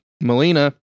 melina